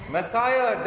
Messiah